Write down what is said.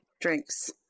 drinks